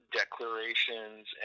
declarations